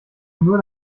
nur